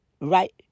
right